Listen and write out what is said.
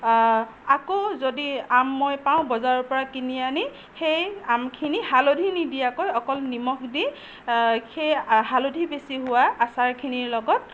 আকৌ যদি আম মই পাওঁ বজাৰৰ পৰা কিনি আনি সেই আমখিনি হালধি নিদিয়াকৈ অকল নিমখ দি সেই হালধি বেছি হোৱা আচাৰখিনিৰ লগত